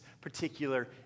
particular